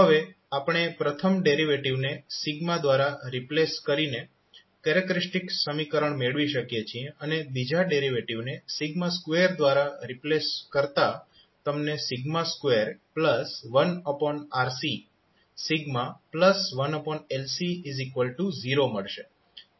હવે આપણે પ્રથમ ડેરિવેટિવ ને દ્વારા રિપ્લેસ કરીને કેરેક્ટરીસ્ટિક્સ સમીકરણ મેળવી શકીએ છીએ અને બીજા ડેરિવેટિવને 2 દ્વારા રિપ્લેસ કરતા તમને 21RC1LC0 મળશે